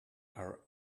are